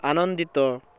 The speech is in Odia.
ଆନନ୍ଦିତ